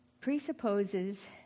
presupposes